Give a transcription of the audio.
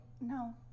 No